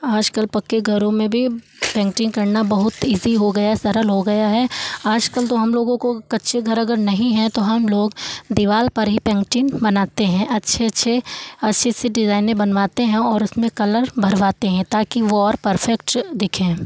आजकल पक्के घरों में भी पेंटिंग करना बहुत इज़ी हो गया सरल हो गया है आजकल तो हम लोगों को कच्चे घर अगर नहीं है तो हम लोग दीवाल पर ही पेंटिंग बनाते हैं अच्छे अच्छे अच्छे से डिज़ाइने बनवाते हैं और उसमें कलर भरवाते हैं ताकि वो और परफ़ेक्ट दिखें